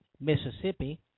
Mississippi